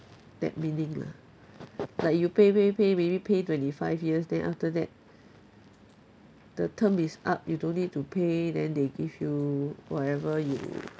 that meaning lah like you pay pay pay maybe pay twenty five years then after that the term is up you don't need to pay then they give you whatever you